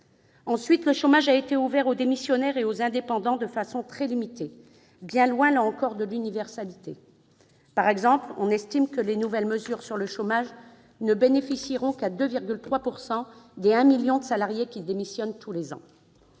Ensuite, le chômage a été ouvert aux démissionnaires et aux indépendants de façon très limitée, bien loin, là encore, de l'universalité. Par exemple, on estime que les nouvelles mesures sur le chômage ne bénéficieront qu'à 2,3 % des 1 million de salariés qui démissionnent tous les ans.